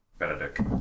benedict